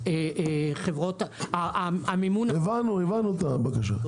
חברות המימון --- הבנו את הבקשה.